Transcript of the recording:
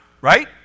right